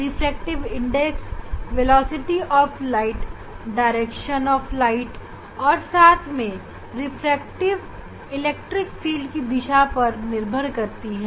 reflective index प्रकाश और electric field की दिशा पर निर्भर करती है